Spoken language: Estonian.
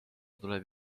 tuleb